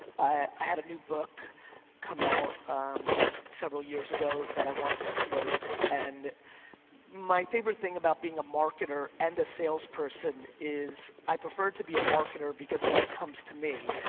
i had a new book come out several years ago that i wanted to promote, and my favorite thing about being a marketer and a sales person is i prefer to be a marketer because then it comes to me,